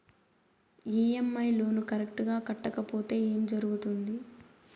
EMI loan correct గా కట్టకపోతే ఏం జరుగుతుంది